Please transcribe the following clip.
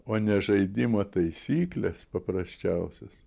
o ne žaidimo taisyklės paprasčiausios